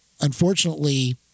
Unfortunately